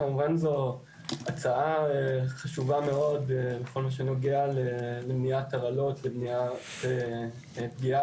כמובן זו הצעה חשובה מאוד בכל מה שנוגע למניעת הרעלות ומניעת פגיעה